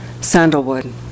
sandalwood